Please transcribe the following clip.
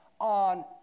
on